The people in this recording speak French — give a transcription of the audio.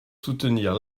soutenir